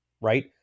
right